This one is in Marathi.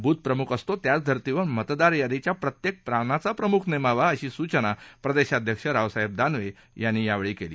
बुथप्रमुख असतो त्याच धर्तीवर मतदार यादीच्या प्रत्येक पानाचा प्रमुख नेमावा अशी सूचना प्रदेशाध्यक्ष रावसाहेब दानवे यांनी केली